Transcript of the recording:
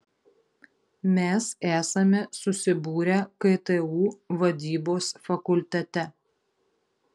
mes esame susibūrę ktu vadybos fakultete